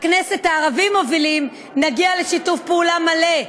הכנסת הערבים מובילים, נגיע לשיתוף פעולה מלא,